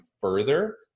further